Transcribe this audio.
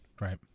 right